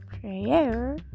prayer